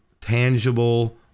tangible